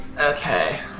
Okay